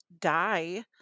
die